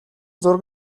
зураг